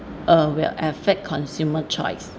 uh will affect consumer choice